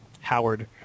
Howard